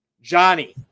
Johnny